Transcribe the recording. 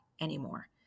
anymore